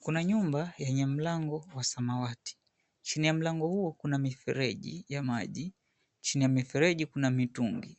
Kuna nyumba yenye mlango wa samawati, chini ya mlango huo kuna mifereji ya maji, chini ya mifereji kuna mitungi.